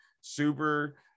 super